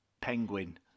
penguin